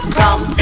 come